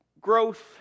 growth